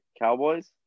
Cowboys